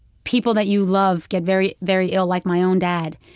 people that you love get very, very ill, like my own dad.